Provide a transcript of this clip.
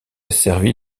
servi